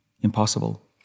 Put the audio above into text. impossible